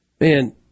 Man